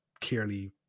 clearly